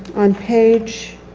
on page.